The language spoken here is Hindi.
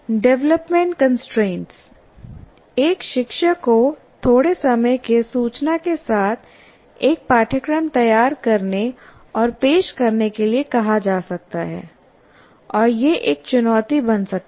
डिवेलपमेंट कंस्ट्रेंट्स एक शिक्षक को थोड़े समय के सूचना के साथ एक पाठ्यक्रम तैयार करने और पेश करने के लिए कहा जा सकता है और यह एक चुनौती बन सकता है